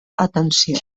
atenció